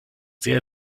sehr